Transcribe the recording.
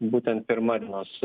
būtent pirma dienos